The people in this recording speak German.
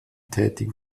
tätig